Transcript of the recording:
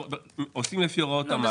אנחנו עושים לפי הוראות המס.